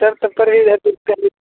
sir तत्पर रहिएगा कुछ कारिए